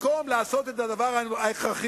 במקום לעשות את הדבר ההכרחי,